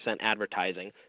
advertising